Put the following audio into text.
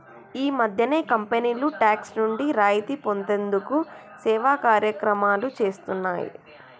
ఈ మధ్యనే కంపెనీలు టాక్స్ నుండి రాయితీ పొందేందుకు సేవా కార్యక్రమాలు చేస్తున్నాయి